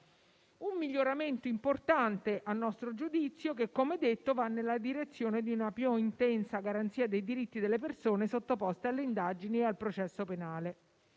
Un miglioramento importante a nostro giudizio che, come detto, va nella direzione di una più intensa garanzia dei diritti delle persone sottoposte alle indagini e al processo penale.